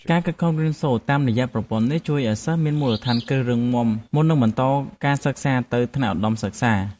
ការខិតខំរៀនសូត្រតាមរយៈប្រព័ន្ធនេះជួយឱ្យសិស្សមានមូលដ្ឋានគ្រឹះរឹងមាំមុននឹងបន្តការសិក្សានៅថ្នាក់ឧត្តមសិក្សា។